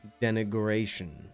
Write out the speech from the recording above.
denigration